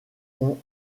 ont